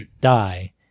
die